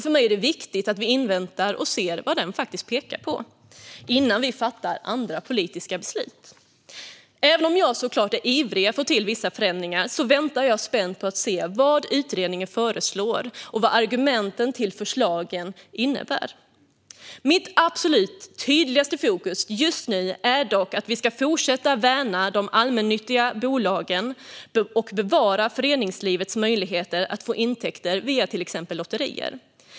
För mig är det viktigt att vi inväntar och ser vad den faktiskt pekar på innan vi fattar andra politiska beslut. Även om jag såklart är ivrig med att få till stånd vissa förändringar väntar jag spänt på vad utredningen föreslår och vad argumenten för förslagen innebär. Mitt absolut tydligaste fokus just nu är dock att vi ska fortsätta värna de allmännyttiga bolagen och bevara föreningslivets möjligheter att få intäkter via till exempel lotterier.